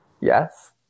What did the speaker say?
yes